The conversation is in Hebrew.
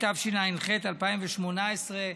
התשע"ח 2018,